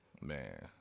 Man